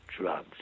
drugs